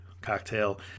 cocktail